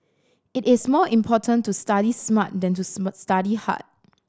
it is more important to study smart than to study hard